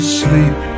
sleep